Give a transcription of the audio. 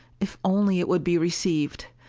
if only it would be received!